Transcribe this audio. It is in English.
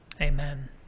amen